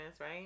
right